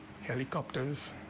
helicopters